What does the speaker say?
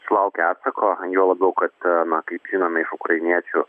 sulaukė atsako juo labiau kad na kaip žinome iš ukrainiečių